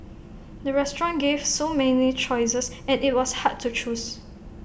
the restaurant gave so many choices and IT was hard to choose